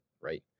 right